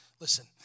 Listen